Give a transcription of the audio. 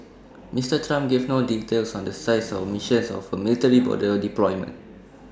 Mister Trump gave no details on the size or mission of A military border deployment